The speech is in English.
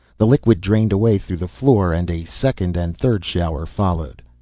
the liquid drained away through the floor and a second and third shower followed.